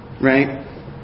Right